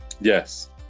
yes